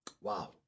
Wow